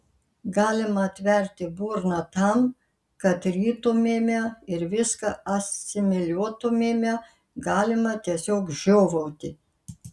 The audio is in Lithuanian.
galima atverti burną tam kad rytumėme ir viską asimiliuotumėme galima tiesiog žiovauti